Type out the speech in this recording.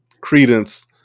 credence